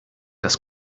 das